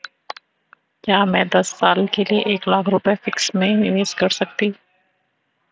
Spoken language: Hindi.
क्या मैं दस साल के लिए एक लाख रुपये फिक्स में निवेश कर सकती हूँ?